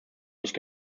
nicht